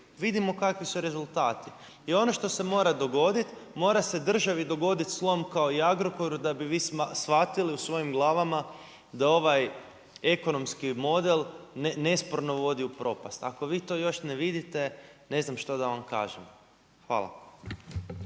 vidimo kakvi su rezultati. I ono što se mora dogoditi, mora se državi dogoditi slom kao i Agrokoru da bi vi shvatili u svojim glavama da ovaj ekonomski model nesporno vodi u propast. Ako vi to još ne vidite, ne znam što da vam kažem. Hvala.